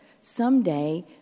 Someday